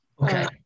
Okay